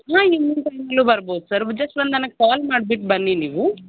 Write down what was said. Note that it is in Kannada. ಹಾಂ ಈವ್ನಿಂಗ್ ಟೈಮಲ್ಲೂ ಬರಬಹುದು ಸರ್ ಜಸ್ಟ್ ಒಂದು ನನಗೆ ಕಾಲ್ ಮಾಡಿಬಿಟ್ಟು ಬನ್ನಿ ನೀವು